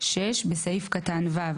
; (6) בסעיף קטן (ו),